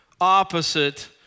opposite